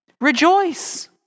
Rejoice